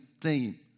theme